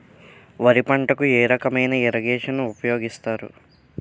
వరి పంటకు ఏ రకమైన ఇరగేషన్ ఉపయోగిస్తారు?